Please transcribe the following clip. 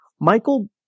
Michael